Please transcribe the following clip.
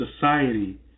Society